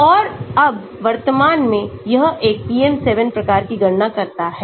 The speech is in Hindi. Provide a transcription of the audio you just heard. और अब वर्तमान में यह एक PM7 प्रकार की गणना करता है